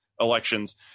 elections